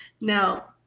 Now